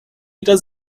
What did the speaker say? wieder